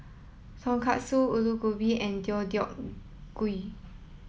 Tonkatsu Alu Gobi and Deodeok Gui